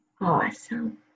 Awesome